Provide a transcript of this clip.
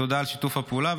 תודה על שיתוף הפעולה,